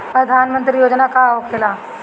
प्रधानमंत्री योजना का होखेला?